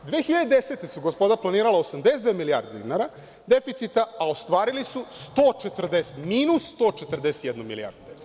Godine 2010. su, gospoda, planirala 82 milijarde dinara deficita, a ostvarili su minus 141 milijardu deficita.